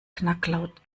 knacklaut